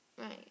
Right